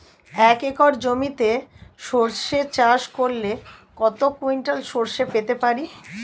এক একর জমিতে সর্ষে চাষ করলে কত কুইন্টাল সরষে পেতে পারি?